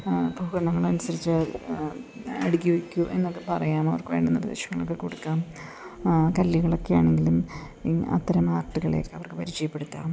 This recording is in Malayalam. ഭൂഗണ്ഡങ്ങളനുസരിച്ച് അടുക്കി വയ്ക്കു എന്നൊക്കെ പറയാം അവർക്ക് വേണ്ടുന്ന ഉപദേശങ്ങളൊക്കെ കൊടുക്കാം കല്ലുകളൊക്കെയാണെങ്കിലും അത്തരം ആർട്ടുകളെയൊക്കെ അവർക്ക് പരിചയപ്പെടുത്താം